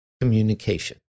communication